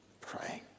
praying